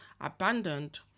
abandoned